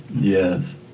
Yes